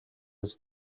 биз